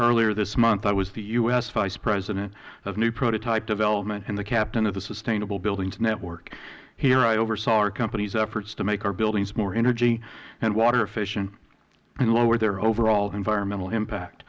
earlier this month i was the u s vice president of new prototype development and the captain of the sustainable buildings network here i oversaw our company's efforts to make our buildings more energy and water efficient and lower their overall environmental impact